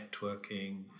networking